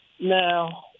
Now